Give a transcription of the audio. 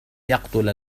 يقتل